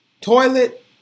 Toilet